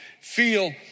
feel